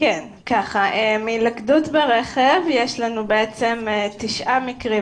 מהילכדות ברכב יש לנו תשעה מקרים,